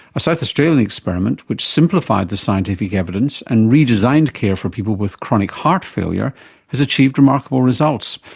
a south australian experiment which simplified the scientific evidence and redesigned care for people with chronic heart failure has achieved remarkable results.